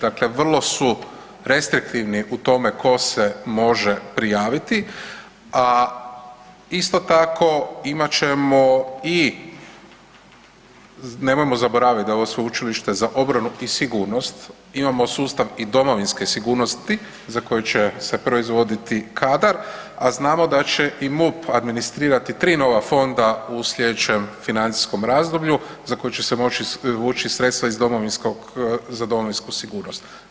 Dakle vrlo su restriktivni u tome ko se može prijaviti a isto tako, imat ćemo i nemojmo zaboraviti da je ovo sveučilište za obranu i sigurnost, imamo sustav i domovinske sigurnosti za koje će se proizvoditi kadar a znamo da će i MUP administrirati tri nova fonda u slijedećem financijskom razdoblju za koji će se moći izvući sredstva za domovinsku sigurnost.